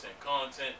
content